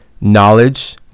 knowledge